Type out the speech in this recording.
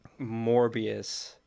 Morbius